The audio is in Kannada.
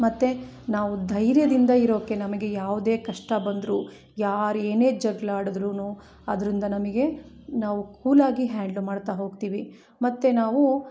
ಮತ್ತು ನಾವು ಧೈರ್ಯದಿಂದ ಇರೋಕೆ ನಮಗೆ ಯಾವುದೇ ಕಷ್ಟ ಬಂದರು ಯಾರು ಏನೇ ಜಗಳ ಆಡುದ್ರು ಅದರಿಂದ ನಮಗೆ ನಾವು ಕೂಲಾಗಿ ಹ್ಯಾಂಡ್ಲ್ ಮಾಡ್ತಾ ಹೋಗ್ತಿವಿ ಮತ್ತು ನಾವು